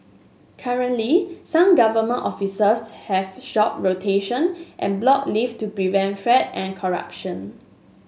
currently some government offices have job rotation and block leave to prevent fraud and corruption